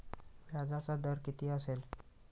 व्याजाचा दर किती असेल?